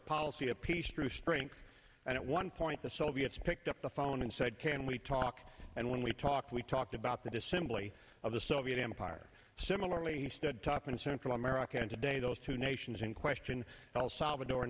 a policy of peace through strength and at one point the soviets picked up the phone and said can we talk and when we talk we talked about the to simply of the soviet empire similarly he stood top and central america and today those two nations in question all salvador